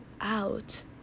out